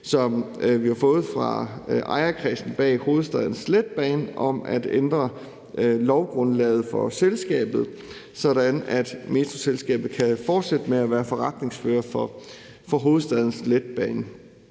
som vi har fået fra ejerkredsen bag Hovedstadens Letbane, om at ændre lovgrundlaget for selskabet, sådan at Metroselskabet kan fortsætte med at være forretningsfører for Hovedstadens Letbane.